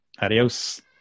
Adios